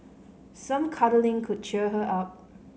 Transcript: some cuddling could cheer her up